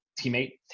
teammate